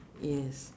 yes